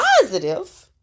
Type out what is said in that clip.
positive